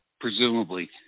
presumably